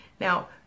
now